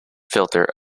filter